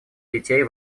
детей